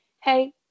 Hey